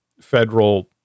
federal